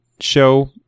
show